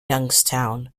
youngstown